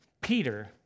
Peter